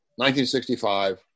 1965